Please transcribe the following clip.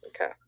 Okay